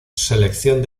selección